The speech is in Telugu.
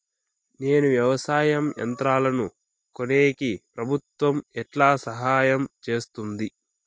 నేను వ్యవసాయం యంత్రాలను కొనేకి ప్రభుత్వ ఎట్లా సహాయం చేస్తుంది?